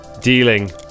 Dealing